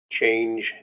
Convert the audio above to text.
change